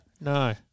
No